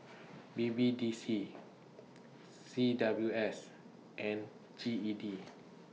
B B D C C W S and G E D